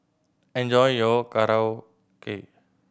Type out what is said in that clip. enjoy your Korokke